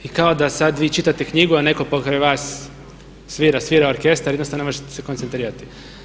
I kao da sada vi čitate knjigu a netko pored vas svira, svira orkestar, jednostavno ne možete se koncentrirati.